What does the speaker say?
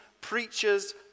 preachers